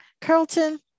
Carlton